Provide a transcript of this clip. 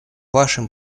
вашем